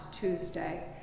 Tuesday